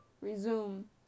Resume